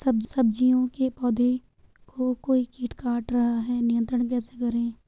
सब्जियों के पौधें को कोई कीट काट रहा है नियंत्रण कैसे करें?